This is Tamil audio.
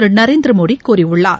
திரு நரேந்திரமோடி கூறியுள்ளார்